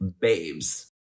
babes